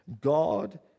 God